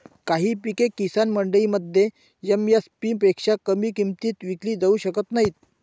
काही पिके किसान मंडईमध्ये एम.एस.पी पेक्षा कमी किमतीत विकली जाऊ शकत नाहीत